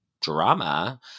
drama